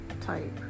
type